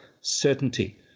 certainty